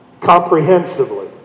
comprehensively